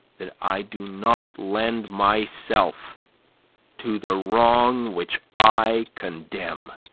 that i do not lend myself to the wrong which i condemn.